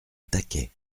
taquet